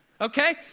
okay